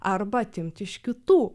arba atimti iš kitų